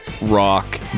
rock